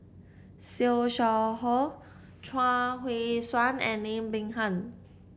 Siew Shaw Her Chuang Hui Tsuan and Lim Peng Han